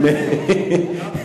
גם חיילים.